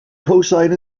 cosine